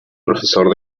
profesor